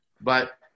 But-